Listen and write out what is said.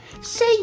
Say